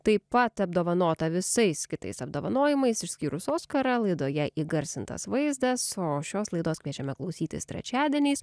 taip pat apdovanota visais kitais apdovanojimais išskyrus oskarą laidoje įgarsintas vaizdas o šios laidos kviečiame klausytis trečiadieniais